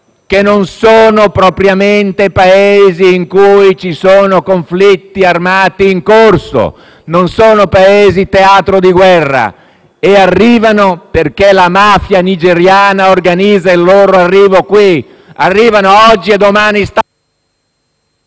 che non sono propriamente Paesi in cui ci sono conflitti armati in corso e non sono teatro di guerra. Arrivano perché la mafia nigeriana organizza il loro arrivo qui: arrivano oggi e domani stanno